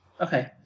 Okay